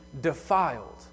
defiled